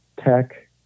tech